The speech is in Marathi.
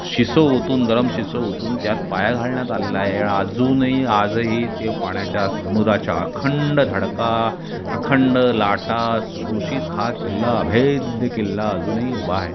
शिसं ओतून गरम शिसं ओतून त्यात पाया घालण्यात आलेला आहे अजूनही आजही ते पाण्याच्या समुद्राच्या अखंड धडका अखंड लाटा सोशीत हा किल्ला अभेद्य किल्ला अजूनही उभा आहे